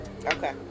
Okay